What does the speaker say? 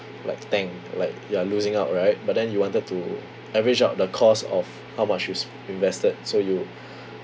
like tank like you're losing out right but then you wanted to average out the cost of how much is invested so you